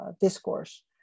discourse